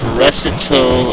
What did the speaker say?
recital